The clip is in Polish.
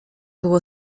było